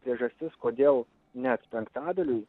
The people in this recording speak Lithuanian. priežastis kodėl net penktadaliui